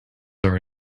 are